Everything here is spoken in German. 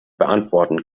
beantworten